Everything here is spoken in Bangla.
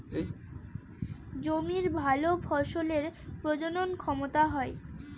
জমির ভালো ফসলের প্রজনন ক্ষমতা হয়